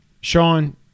Sean